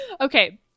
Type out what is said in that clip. Okay